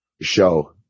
show